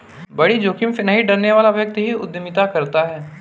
बड़ी जोखिम से नहीं डरने वाला व्यक्ति ही उद्यमिता करता है